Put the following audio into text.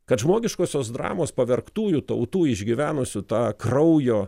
kad žmogiškosios dramos pavergtųjų tautų išgyvenusių tą kraujo